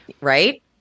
Right